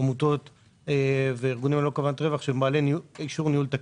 עמותות וארגונים ללא כוונת רווח שהם בעלי אישור ניהול תקין.